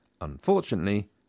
Unfortunately